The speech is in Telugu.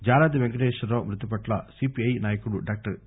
జాలాది వెంకటేశ్వరరావు మృతి పట్ల సిపిఐ నాయకుడు డాక్టర్ కె